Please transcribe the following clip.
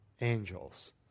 angels